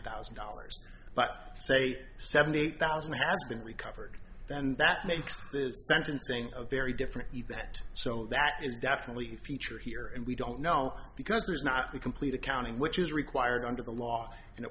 thousand dollars but say seventy eight thousand has been recovered then that makes the sentencing a very different event so that is definitely a feature here and we don't know because there is not a complete accounting which is required under the law and it